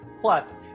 plus